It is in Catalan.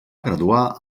graduar